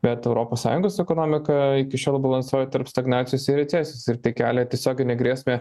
bet europos sąjungos ekonomika iki šiol balansuoja tarp stagnacijos ir recesijos ir tai kelia tiesioginę grėsmę